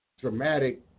dramatic